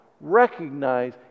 recognize